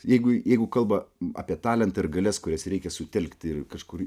jeigu jeigu kalba apie talentą ir galias kurias reikia sutelkti ir kažkur